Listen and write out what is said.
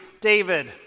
David